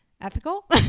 ethical